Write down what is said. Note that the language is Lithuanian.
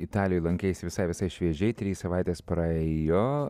italijoj lankeisi visai visai šviežiai trys savaitės praėjo